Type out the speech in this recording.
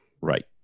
right